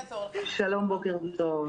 שלום, בוקר טוב.